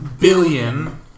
billion